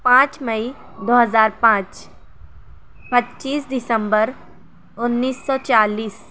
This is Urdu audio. پانچ مئی دو ہزار پانچ پچیس دسمبر انیس سو چالیس